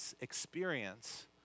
experience